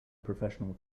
professional